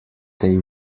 they